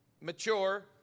mature